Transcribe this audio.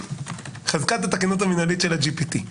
חזקת התקנות המנהלית של ה-GPT.